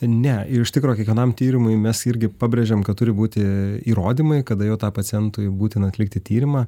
ne ir iš tikro kiekvienam tyrimui mes irgi pabrėžiam kad turi būti įrodymai kada jau tą pacientui būtina atlikti tyrimą